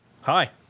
hi